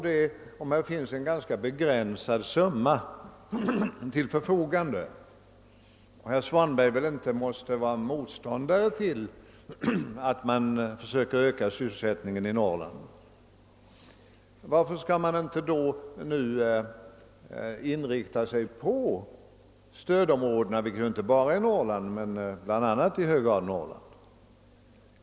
Det finns en ganska begränsad summa till förfogande och herr Svanberg kan väl inte vara motståndare till att man försöker öka sysselsättningen i Norrland. Varför skall man inte då inrikta sig på stödområdena, vilka ligger inte bara i Norrland men i hög grad i Norrland?